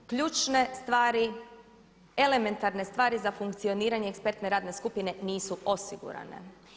Ključne stvari, elementarne stvari za funkcioniranje ekspertne radne skupine nisu osigurane.